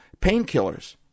painkillers